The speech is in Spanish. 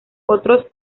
otros